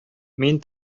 мин